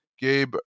gabe